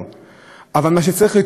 אבל מה שצריך יותר להדאיג אותנו,